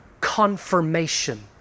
confirmation